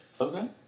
Okay